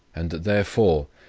and that therefore,